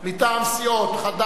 סיעות חד"ש,